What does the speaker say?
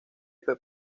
fue